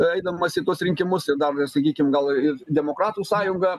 eidamas į tuos rinkimus ir dar sakykim gal ir demokratų sąjunga